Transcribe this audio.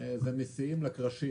הגענו מן השיאים אל הקרשים.